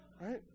right